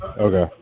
Okay